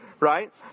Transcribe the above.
right